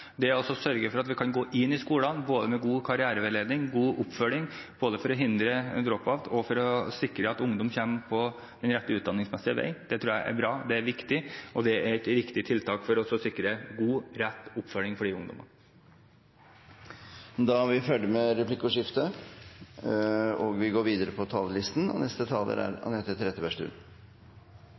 det å sørge for at vi kan gå inn i skolene med god karriereveiledning og god oppfølging, både for å forhindre drop-out og for å sikre at ungdom kommer på den rette vei utdanningsmessig. Det tror jeg er bra, det er viktig, og det er et riktig tiltak for å sikre god, rett oppfølging for de ungdommene. Replikkordskiftet er over. Arbeid til alle og arbeidslinjen har alltid vært kjernen i Arbeiderpartiets politikk. En forutsetning for at arbeidslinjen skal være reell, er